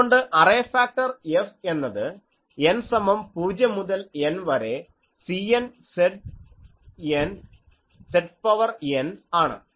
അതുകൊണ്ട് array factor F എന്നത് n സമം 0 മുതൽ N വരെ Cn Zn ആണ്